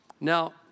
Now